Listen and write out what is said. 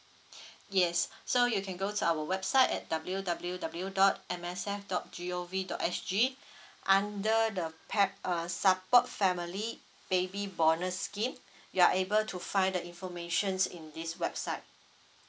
yes so you can go to our website at W W W dot M S F dot G O V dot S G under the pa~ uh support family baby bonus scheme you are able to find the information in this website